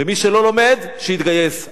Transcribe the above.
ומי שלא לומד, שיתגייס.